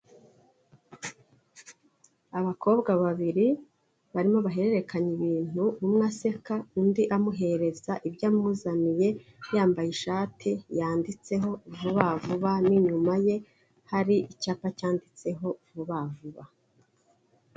Abakobwa babiri barimo bahererekanya ibintu umwe aseka undi amuhereza ibyo amuzaniye, yambaye ishati yanditseho vuba vuba n'inyuma ye hari icyapa cyanditseho vuba vuba.